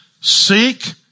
Seek